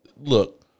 look